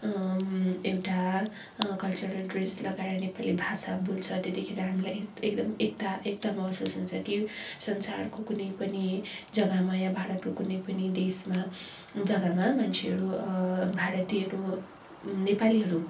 एउटा cultural dress लगाएर नेपाली भाषा बोल्छ त्यतिखेर हामीलाई एकदम एकदम एक्ता महसुस हुन्छ कि संसारको कुनै पनि जग्गामा या भारतको कुनै पनि देशमा जग्गामा मान्छेहरू भारतीयहरू नेपालीहरू